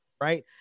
Right